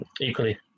equally